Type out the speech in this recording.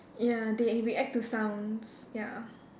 ya they react to sounds ya